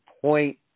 Point